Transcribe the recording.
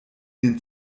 den